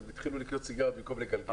הם התחילו לקנות סיגריות במקום לגלגל.